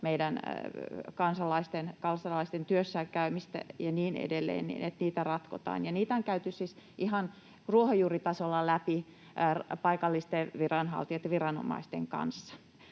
kansalaisten työssäkäymistä ja niin edelleen, ratkotaan. Niitä on käyty siis ihan ruohonjuuritasolla läpi paikallisten viranhaltijoiden ja viranomaisten kanssa.